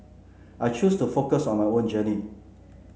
I choose to focus on my own journey